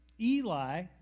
Eli